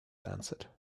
answered